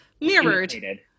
Mirrored